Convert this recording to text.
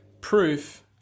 proof